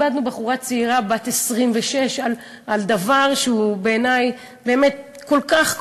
איבדנו בחורה צעירה בת 26 על דבר שהוא בעיני כל כך,